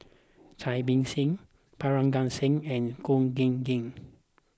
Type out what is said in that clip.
Cai Bixia Parga Singh and Khor Ean Ghee